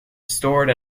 stored